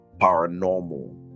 paranormal